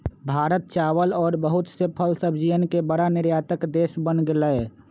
भारत चावल और बहुत से फल सब्जियन के बड़ा निर्यातक देश बन गेलय